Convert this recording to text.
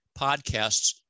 podcasts